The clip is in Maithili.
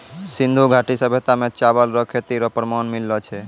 सिन्धु घाटी सभ्यता मे चावल रो खेती रो प्रमाण मिललो छै